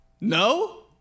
No